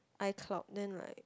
iCloud then like